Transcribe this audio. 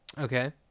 Okay